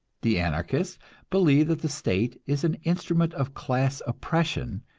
the anarchist believes that the state is an instrument of class oppression,